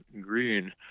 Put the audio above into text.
green